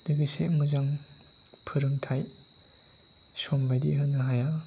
लोगोसे मोजां फोरोंथाइ सम बायदि होनो हाया